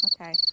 Okay